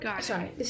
sorry